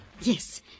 Yes